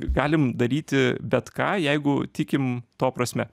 galim daryti bet ką jeigu tikim to prasme